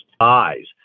eyes